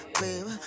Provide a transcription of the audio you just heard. baby